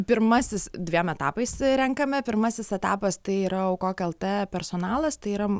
pirmasis dviem etapais renkame pirmasis etapas tai yra aukok lt personalas tai yra